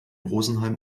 rosenheim